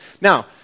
Now